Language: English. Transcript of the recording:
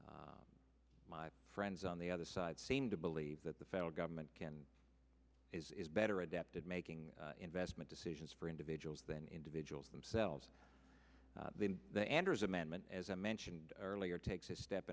my friends on the other side seem to believe that the federal government can is better adapted making investment decisions for individuals than individuals themselves the anders amendment as i mentioned earlier takes a step